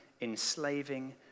enslaving